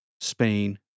Spain